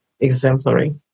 exemplary